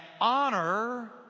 honor